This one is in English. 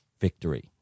victory